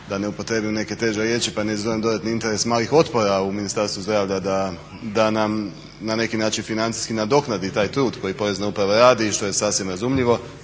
da ne upotrijebim neke teže riječi pa ne izazovem dodatni interes malih otpora u Ministarstvu zdravlja da nam na neki način financijski nadoknadi taj trud koji Porezna uprava radi što je sasvim razumljivo.